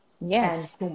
Yes